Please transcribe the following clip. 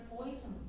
poison